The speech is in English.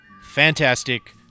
fantastic